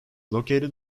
located